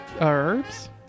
herbs